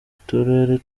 turere